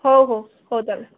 ହଉ ହଉ ହଉ ତାହେଲେ